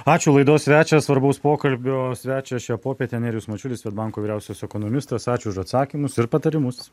ačiū laidos svečias svarbaus pokalbio svečias šią popietę nerijus mačiulis svedbanko vyriausias ekonomistas ačiū už atsakymus ir patarimus